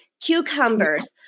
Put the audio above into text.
cucumbers